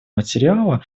материала